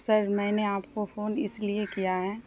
سر میں نے آپ کو فون اس لیے کیا ہے